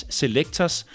selectors